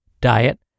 diet